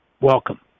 welcome